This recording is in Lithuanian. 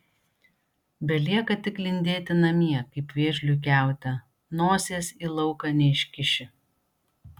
belieka tik lindėti namie kaip vėžliui kiaute nosies į lauką neiškiši